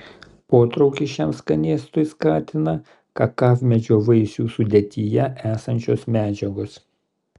potraukį šiam skanėstui skatina kakavmedžio vaisių sudėtyje esančios medžiagos